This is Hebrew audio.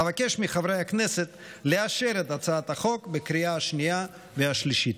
אבקש מחברי הכנסת לאשר את הצעת החוק בקריאה השנייה והשלישית.